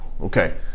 okay